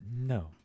no